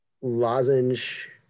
lozenge